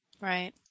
Right